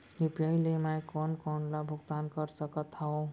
UPI ले मैं कोन कोन ला भुगतान कर सकत हओं?